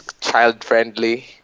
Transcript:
child-friendly